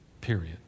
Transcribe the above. Period